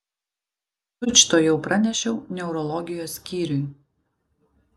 tučtuojau pranešiau neurologijos skyriui